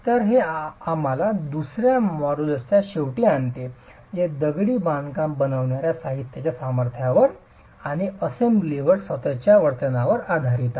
तर हे आम्हाला दुसर्या मॉड्यूलच्या शेवटी आणते जे दगडी बांधकाम बनविणार्या साहित्याच्या सामर्थ्यावर आणि असेंब्लीच्या स्वतःच्या वर्तनावर आधारित आहे